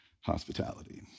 hospitality